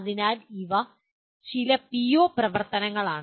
അതിനാൽ ഇവ ചില പിഒ പ്രവർത്തനങ്ങളാണ്